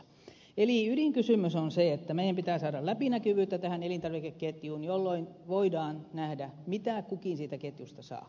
eli ydinkysymys on se että meidän pitää saada läpinäkyvyyttä elintarvikeketjuun jolloin voidaan nähdä mitä kukin siitä ketjusta saa